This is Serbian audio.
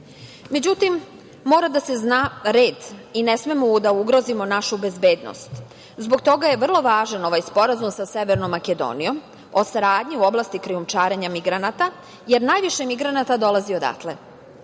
interesa.Međutim, mora da se zna red i ne smemo da ugrozimo našu bezbednost. Zbog toga je vrlo važan ovaj Sporazum sa Severnom Makedonijom o saradnji u oblasti krijumčarenja migranata, jer najviše migranata dolazi odatle.